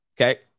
Okay